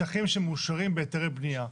שטחים שמאושרים בהיתרי בנייה.